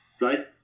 right